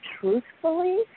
truthfully